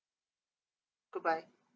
good bye